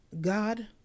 God